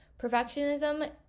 Perfectionism